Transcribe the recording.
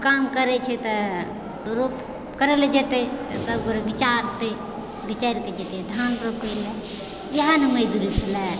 काम करय छै तऽ रोप करय लए जेतय तऽ सब गोटे विचारतय विचारिके जेतय धान रोपय लए इएह ने मजदूरी भेलय